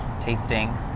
tasting